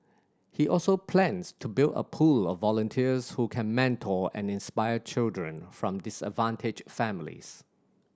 he also plans to build a pool of volunteers who can mentor and inspire children from disadvantaged families